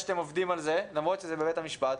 שאתם עובדים על זה למרות שזה בבית המשפט,